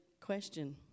question